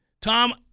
Tom